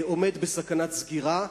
עומד בסכנת סגירה.